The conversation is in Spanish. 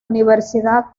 universidad